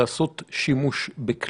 שזה ייעודו ותפקידו,